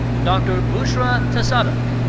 dr. bushra tassaduq.